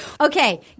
Okay